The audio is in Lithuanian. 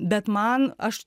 bet man aš